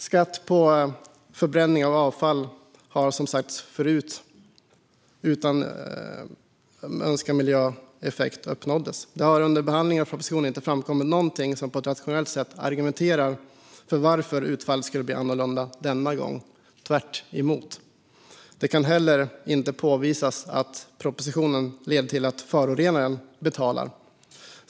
Skatt på förbränning av avfall har som sagt prövats förut, utan att önskad miljöeffekt uppnåddes. Det har under behandlingen av propositionen inte framkommit någonting som på ett rationellt sätt argumenterar för att utfallet skulle bli annorlunda denna gång, tvärtom. Det kan heller inte påvisas att propositionen leder till att förorenaren betalar.